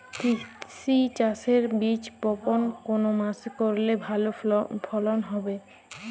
তিসি চাষের বীজ বপন কোন মাসে করলে ভালো ফলন হবে?